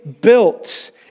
built